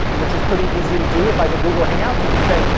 which is pretty easy to do with like a google hangouts, you could say,